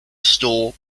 store